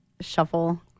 shuffle